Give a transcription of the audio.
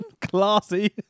Classy